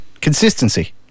consistency